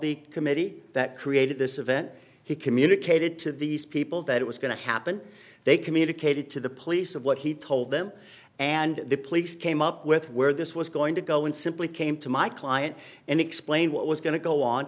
the committee that created this event he communicated to these people that it was going to happen they communicated to the police of what he told them and the police came up with where this was going to go and simply came to my client and explained what was going to go on